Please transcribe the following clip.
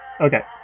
Okay